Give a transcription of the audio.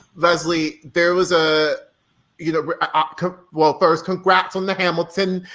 leslie, there was, ah you know ah well first congrats on the hamilton,